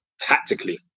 tactically